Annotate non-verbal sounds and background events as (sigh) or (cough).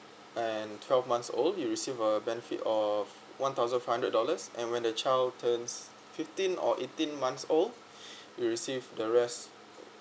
and twelve months old you'll receive a benefit of one thousand five hundred dollars and when the child turns fifteen or eighteen months old (breath) you'll receive the rest